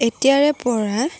এতিয়াৰে পৰা